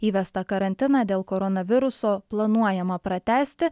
įvestą karantiną dėl koronaviruso planuojama pratęsti